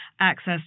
access